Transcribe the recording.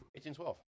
1812